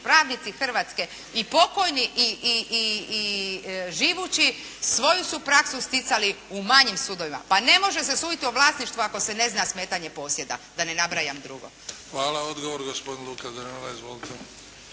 pravnici Hrvatske i pokojni i živući svoju su praksu sticali u manjim sudovima. Pa ne može se suditi o vlasništvu ako se ne zna smetanje posjeda, da ne nabrajam drugo. **Bebić, Luka